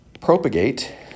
propagate